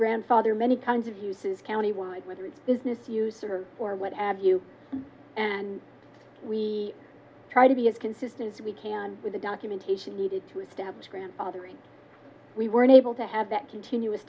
grandfather many times of uses countywide whether it's business user or what ab you and we try to be as consistent as we can with the documentation needed to establish grandfathering we were unable to have that continuous